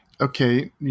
Okay